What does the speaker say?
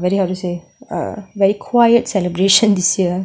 very how to say ah very quiet celebration this year